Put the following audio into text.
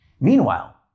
Meanwhile